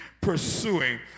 pursuing